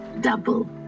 double